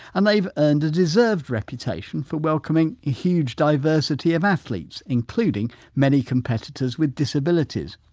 and they've earned a deserved reputation for welcoming a huge diversity of athletes, including many competitors with disabilities.